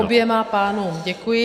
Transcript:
Oběma pánům děkuji.